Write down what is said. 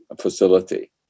facility